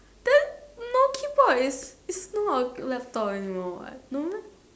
then no keyboard is not a laptop anymore what no